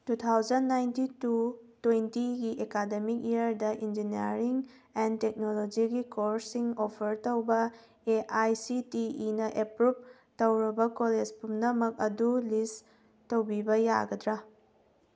two thousand nineteen two ꯇꯣꯏꯟꯇꯤꯒꯤ academic ꯏꯌꯔꯗ engineering and ꯇꯦꯛꯅꯣꯂꯣꯖꯤꯒꯤ ꯀꯣꯔꯁꯁꯤꯡ ꯑꯣꯐꯔ ꯇꯧꯕ A I C T E approve ꯇꯧꯔꯕ ꯀꯣꯂꯦꯖ ꯄꯨꯝꯅꯃꯛ ꯑꯗꯨ ꯂꯤꯁ ꯇꯧꯕꯤꯕ ꯌꯥꯒꯗ꯭ꯔꯥ